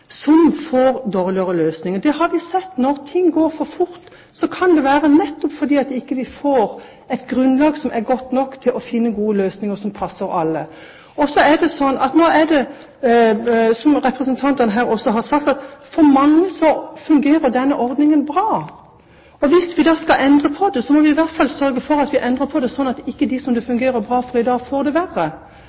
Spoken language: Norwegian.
en får dårligere løsninger. Vi har sett at når ting går for fort, kan det nettopp være fordi vi ikke får et godt nok grunnlag til å finne gode løsninger som passer alle. Så er det slik, som representanter her også har sagt, at for mange fungerer denne ordningen bra. Hvis vi skal endre på det, må vi i hvert fall sørge for at vi endrer det slik at de som det fungerer bra for i dag, ikke får det verre.